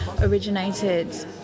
originated